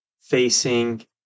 facing